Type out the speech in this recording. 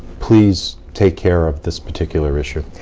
please, take care of this particular issue.